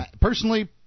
Personally